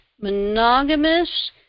monogamous